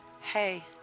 hey